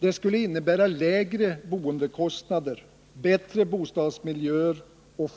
Det skulle innebära lägre boendekostnader, bättre bostadsmiljöer och